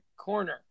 corner